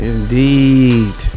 Indeed